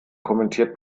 kommentiert